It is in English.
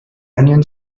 onion